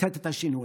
לתת את השינוי.